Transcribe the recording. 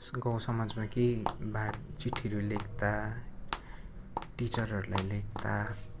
गाउँ समाजमा केही भएर चिठीहरू लेख्दा टिचरहरूलाई लेख्दा